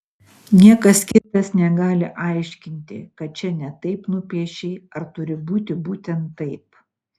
niekas kitas negali aiškinti kad čia ne taip nupiešei ar turi būti būtent taip